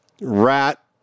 Rat